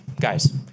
guys